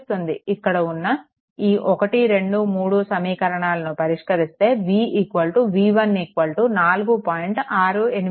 ఇక్కడ ఉన్న ఈ 1 2 3 సమీకరణాలను పరిష్కరిస్తే v v1 4